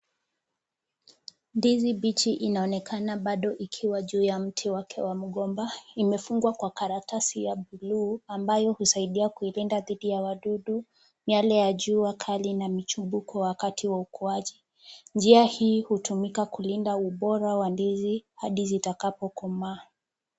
Ndizi mbichi inaonekana bado ikiwa juu ya mti wake wa mgomba. Imefungwa kwa karatsi ya blue ambayo huisadia kuilinda dhidi ya wadudu, miale ya jua kali na michimbuko wakati wa ukuaji. Njia hii hutumika kulinda ubora wa ndizi hadi zitakapo komaa.